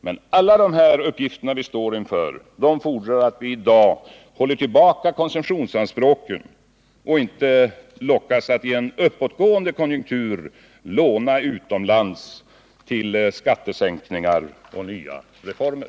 Men alla uppgifter som vi står inför fordrar att vi i dag håller tillbaka konsumtionsanspråken och inte lockas att i en uppåtgående konjunktur låna pengar utomlands till skattesänkningar och nya reformer.